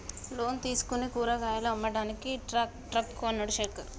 loan తీసుకుని కూరగాయలు అమ్మడానికి ట్రక్ కొన్నడు శేఖర్